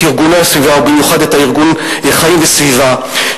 את ארגוני הסביבה ובמיוחד את הארגון "חיים וסביבה",